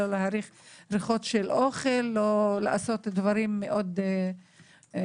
להריח ריחות של אוכל או לעשות דברים מאוד בסיסיים,